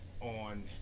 on